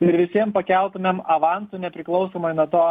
ir visiem pakeltumėm avansą nepriklausomai nuo to